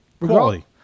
Quality